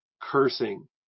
cursing